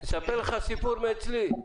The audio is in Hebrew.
אספר לך סיפור מאצלי.